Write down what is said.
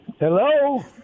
Hello